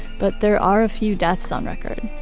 but there are a few deaths on record.